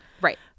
Right